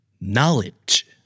Knowledge